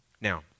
Now